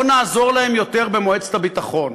לא נעזור להם יותר במועצת הביטחון.